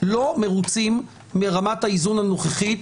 לא מרוצים מרמת האיזון הנוכחית,